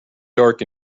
dark